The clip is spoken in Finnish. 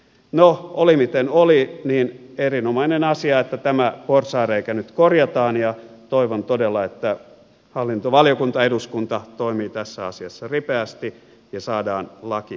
no oli miten oli on erinomainen asia että tämä porsaanreikä nyt korjataan ja toivon todella että hallintovaliokunta eduskunta toimii tässä asiassa ripeästi ja saadaan laki korjattua